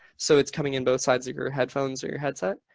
so it's coming in both sides of your headphones or your headset.